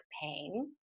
pain